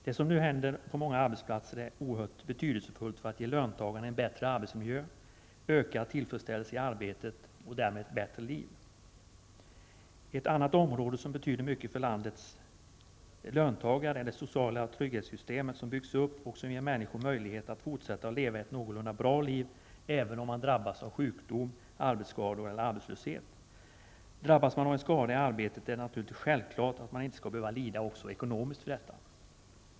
Det som nu händer på många arbetsplatser är oerhört betydelsefullt då det gäller att ge löntagarna en bättre arbetsmiljö, ökad tillfredsställelse i arbetet och därmed ett bättre liv. Ett annat område som betyder mycket för landets löntagare är de sociala trygghetssystem som har byggts upp och som ger människor möjlighet att fortsätta att leva ett någorlunda bra liv, även om man drabbats av sjukdom, arbetsskador eller arbetslöshet. Drabbas man av en skada i arbetet är det självklart att man inte skall behöva lida också ekonomiskt för det.